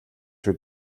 шүү